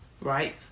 right